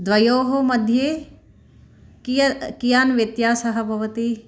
द्वयोः मध्ये किय कियान् व्यत्यासः भवति